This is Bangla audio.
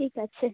ঠিক আছে